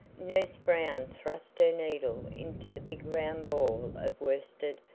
nurse brown thrust her needle into the big round ball of worsted,